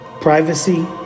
Privacy